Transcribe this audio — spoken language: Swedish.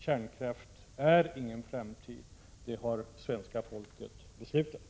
Kärnkraft har ingen framtid — det har svenska folket beslutat.